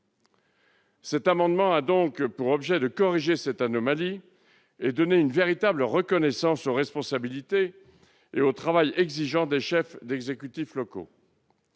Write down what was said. Cet amendement a pour objet de corriger cette anomalie et d'accorder une véritable reconnaissance aux responsabilités et au travail exigeant des chefs d'exécutifs locaux.